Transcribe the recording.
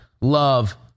love